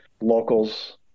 locals